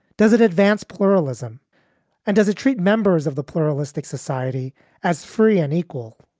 does it advance pluralism and does it treat members of the pluralistic society as free and equal?